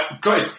great